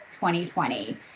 2020